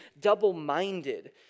double-minded